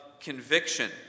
conviction